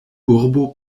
urbo